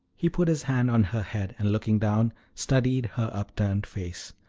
he put his hand on her head, and, looking down, studied her upturned face.